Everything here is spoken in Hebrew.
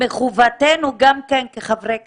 מחובתנו, גם כחברי כנסת,